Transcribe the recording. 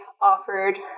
offered